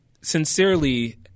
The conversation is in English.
sincerely